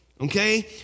Okay